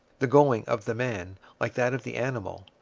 the going of the man, like that of the animal,